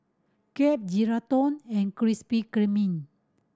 Gap Geraldton and Krispy Kreme